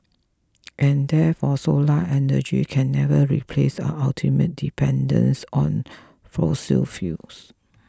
and therefore solar energy can never replace our ultimate dependence on fossil fuels